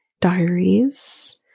Diaries